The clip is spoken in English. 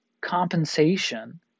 compensation